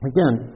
Again